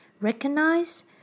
recognize